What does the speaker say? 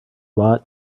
lot